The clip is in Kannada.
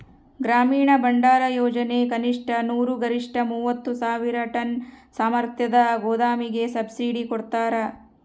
ಗ್ರಾಮೀಣ ಭಂಡಾರಯೋಜನೆ ಕನಿಷ್ಠ ನೂರು ಗರಿಷ್ಠ ಮೂವತ್ತು ಸಾವಿರ ಟನ್ ಸಾಮರ್ಥ್ಯದ ಗೋದಾಮಿಗೆ ಸಬ್ಸಿಡಿ ಕೊಡ್ತಾರ